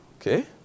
Okay